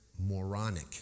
moronic